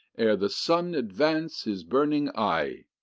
ere the sun advance his burning eye,